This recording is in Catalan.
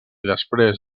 després